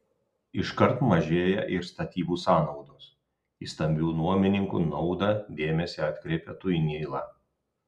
iškart mažėja ir statybų sąnaudos į stambių nuomininkų naudą dėmesį atkreipia tuinyla